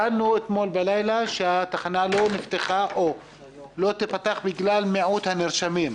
אתמול בלילה הבנו שהתחנה לא נפתחה ולא תיפתח בגלל מיעוט הנרשמים.